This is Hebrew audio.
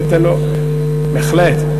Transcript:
תן לו, בהחלט.